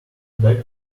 back